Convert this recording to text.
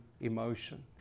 emotion